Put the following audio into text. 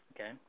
Okay